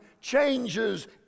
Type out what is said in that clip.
changes